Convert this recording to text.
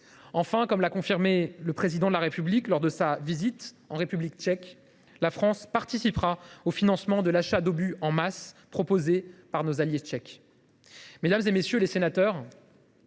Enfin, comme l’a confirmé le Président de la République lors de sa visite en République tchèque, la France participera au financement de l’achat d’obus en masse proposé par notre allié tchèque. Mesdames, messieurs les sénateurs,